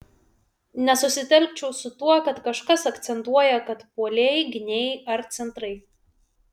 nesusitelkčiau su tuo kad kažkas akcentuoja kad puolėjai gynėjai ar centrai